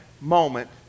moment